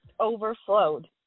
overflowed